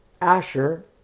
Asher